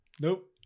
Nope